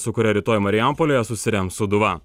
su kuria rytoj marijampolėje susirems sūduva